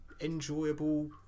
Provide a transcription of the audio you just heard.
enjoyable